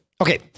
Okay